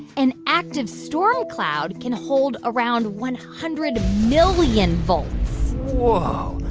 an active storm cloud can hold around one hundred million volts whoa,